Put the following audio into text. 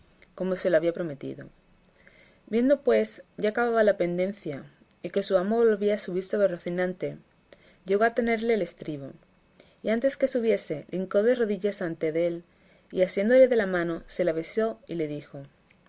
como se lo había prometido viendo pues ya acabada la pendencia y que su amo volvía a subir sobre rocinante llegó a tenerle el estribo y antes que subiese se hincó de rodillas delante dél y asiéndole de la mano se la besó y le dijo